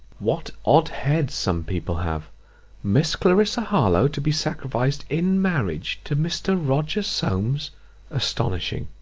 what odd heads some people have miss clarissa harlowe to be sacrificed in marriage to mr. roger solmes astonishing!